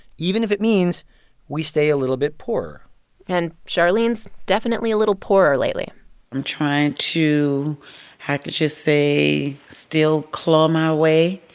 even if it means we stay a little bit poorer and charlene's definitely a little poorer lately i'm trying to how could you say still claw my way,